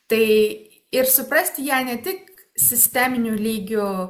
tai ir suprasti ją ne tik sisteminiu lygiu